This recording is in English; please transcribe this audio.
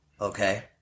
Okay